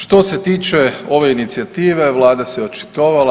Što se tiče ove inicijative Vlada se očitovala.